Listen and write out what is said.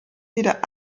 wieder